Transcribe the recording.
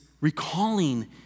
recalling